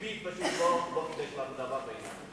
ביבי פשוט לא חידש לנו דבר בעניין הזה.